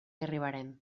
arribarem